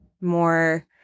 more